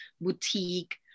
boutique